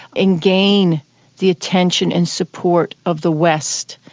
and gained the attention and support of the west,